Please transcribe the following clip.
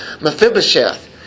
Mephibosheth